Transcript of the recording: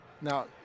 Now